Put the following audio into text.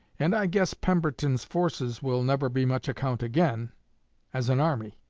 and i guess pemberton's forces will never be much account again as an army.